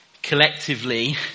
Collectively